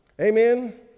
Amen